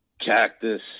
cactus